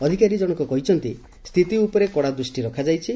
ଅଧିକାରୀ ଜଣକ କହିଛନ୍ତି ସ୍ଥିତି ଉପରେ କଡ଼ା ଦୃଷ୍ଟି ରଖାଯାଇଛି